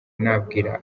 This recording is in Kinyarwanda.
nabwira